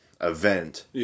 event